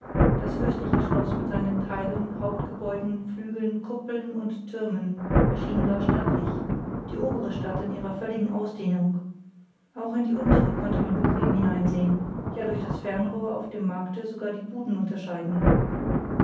das fürstliche schloß mit seinen teilen hauptgebäuden flügeln kuppeln und türmen erschien gar stattlich die obere stadt in ihrer völligen ausdehnung auch in die untere konnte man bequem hineinsehen ja durch das fernrohr auf dem markte sogar die buden unterscheiden